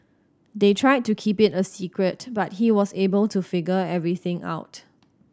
they tried to keep it a secret but he was able to figure everything out